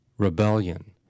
Rebellion